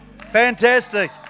Fantastic